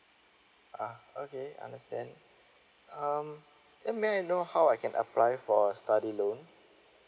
uh okay understand um then may I know how I can apply for study loan